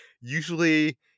usually